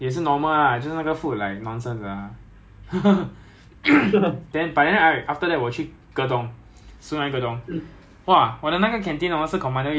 then like like random days 会突然有 bak-kut-teh 会突然有 prata 会突然有 like nasi-lemak o~ 那个有 otah